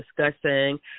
discussing